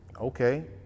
Okay